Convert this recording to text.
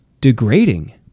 degrading